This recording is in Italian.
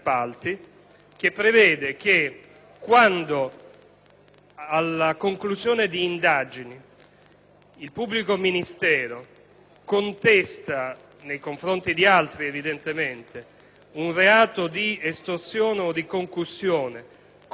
alla conclusione di indagini, il pubblico ministero contesti, nei confronti di altri evidentemente, un reato di estorsione o di concussione con l'aggravante mafiosa (articolo 7 del